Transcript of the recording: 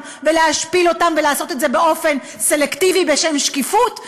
ולהשפיל אותן ולעשות את זה באופן סלקטיבי בשם שקיפות,